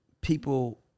people